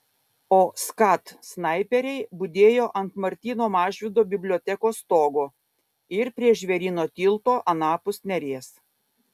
o skat snaiperiai budėjo ant martyno mažvydo bibliotekos stogo ir prie žvėryno tilto anapus neries